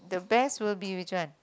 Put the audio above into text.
the best will be which one